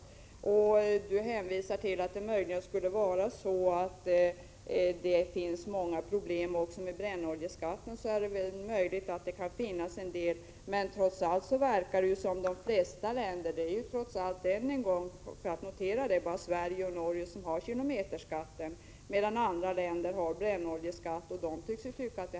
Bo Forslund hänvisar till att det skulle finnas många problem också med brännoljeskatten. Det är möjligt att det finns en del, men trots allt verkar de flesta länder tycka att brännoljeskatten är bra. Det är ju, för att än en gång notera detta, bara Sverige och Norge som har kilometerskatt.